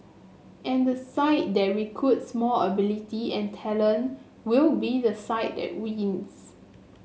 and the side that recruits more ability and talent will be the side that wins